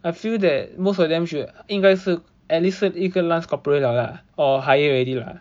I feel that most of them should 因该是 at least 是一个 lance corporal 了啦 or higher already lah